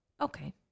Okay